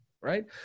right